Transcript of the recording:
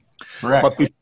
Correct